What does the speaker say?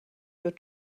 your